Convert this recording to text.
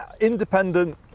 independent